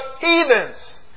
heathens